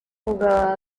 jugaba